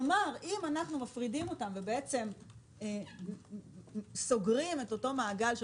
כלומר אם אנחנו מפרידים אותם וסוגרים את אותו מעגל של